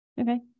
Okay